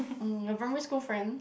mm your primary school friend